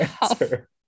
answer